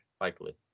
Likely